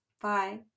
bye